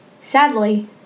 Sadly